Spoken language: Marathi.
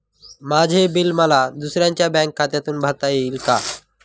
माझे बिल मला दुसऱ्यांच्या बँक खात्यातून भरता येईल का?